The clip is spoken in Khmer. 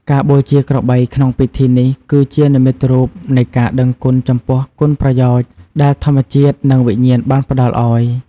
ការបូជាក្របីក្នុងពិធីនេះ គឺជានិមិត្តរូបនៃការដឹងគុណចំពោះគុណប្រយោជន៍ដែលធម្មជាតិ និងវិញ្ញាណបានផ្តល់ឱ្យ។